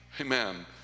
Amen